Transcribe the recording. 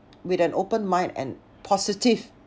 with an open mind and positive